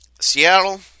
Seattle